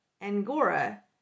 Angora